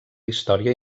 història